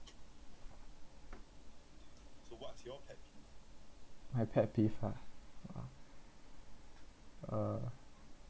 my pet peeve ah uh